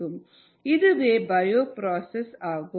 இதுவே bio process ஆகும்